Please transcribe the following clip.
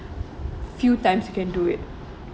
few times you can do it